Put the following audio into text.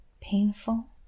painful